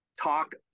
talk